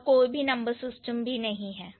और कोई भी नंबर सिस्टम भी नहीं है